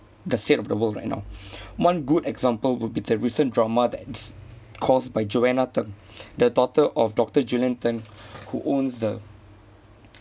the state of the world right now one good example would be the recent drama that's caused by joanna theng the daughter of doctor julian theng who owns the